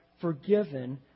forgiven